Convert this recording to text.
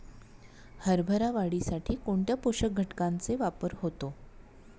हरभरा वाढीसाठी कोणत्या पोषक घटकांचे वापर होतो?